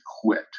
Quit